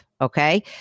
Okay